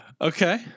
okay